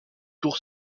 tour